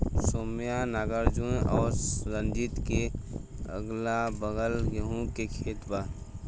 सौम्या नागार्जुन और रंजीत के अगलाबगल गेंहू के खेत बा